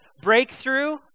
Breakthrough